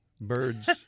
birds